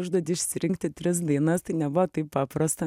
užduotį išsirinkti tris dainas tai nebuvo taip paprasta